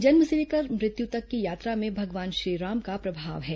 जन्म से लेकर मृत्यु तक की यात्रा में भगवान श्रीराम का प्रभाव है